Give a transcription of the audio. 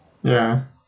ya